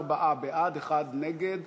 24 בעד, אחד נגד,